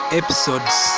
episodes